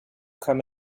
come